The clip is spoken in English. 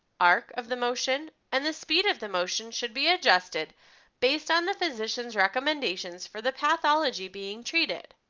ark of the motion, and the speed of the motion should be adjusted based on the physicians recommendations for the pathology being treated.